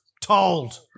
told